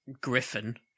Griffin